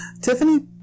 Tiffany